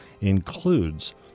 includes